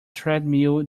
treadmill